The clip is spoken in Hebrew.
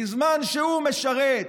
בזמן שהוא משרת,